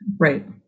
Right